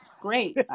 great